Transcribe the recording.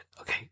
okay